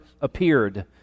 appeared